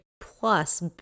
plus